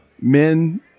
men